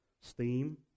Steam